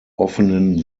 offenen